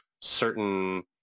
certain